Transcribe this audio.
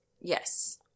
Yes